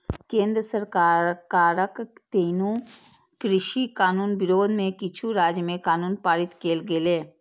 केंद्र सरकारक तीनू कृषि कानून विरोध मे किछु राज्य मे कानून पारित कैल गेलै